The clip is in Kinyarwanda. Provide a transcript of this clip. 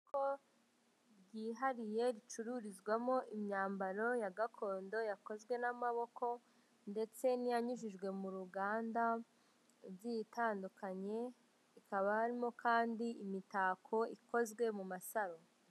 ko ryihariye ricururizwamo imyambaro ya gakondo yakozwe n'amaboko ndetse n'iyanyujijwe mu ruganda igiye itandukanye ikaba harimo kandi imitako ikozwe mu masaro.